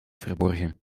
verborgen